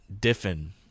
Diffin